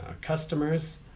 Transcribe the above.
customers